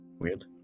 weird